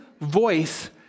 voice